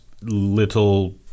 little